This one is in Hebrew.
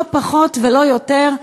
לא פחות ולא יותר,